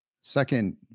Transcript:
Second